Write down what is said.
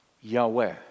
Yahweh